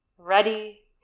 ready